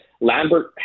Lambert